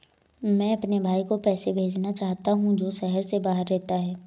मैं अपने भाई को पैसे भेजना चाहता हूँ जो शहर से बाहर रहता है